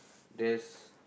there's